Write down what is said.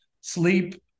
sleep